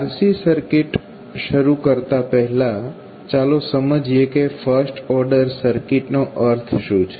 RC circuit શરુ કરતા પહેલા ચાલો સમજીએ કે ફર્સ્ટ ઓર્ડર સર્કિટનો અર્થ શું છે